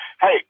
Hey